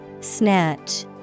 Snatch